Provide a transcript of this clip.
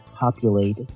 populate